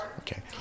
okay